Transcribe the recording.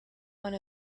one